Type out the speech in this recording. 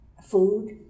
food